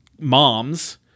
moms